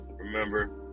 remember